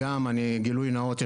גילוי נאות,